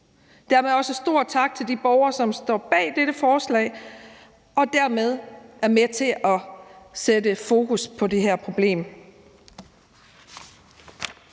lyde en stor tak til de borgere, som står bag dette forslag og dermed er med til at sætte fokus på det her problem.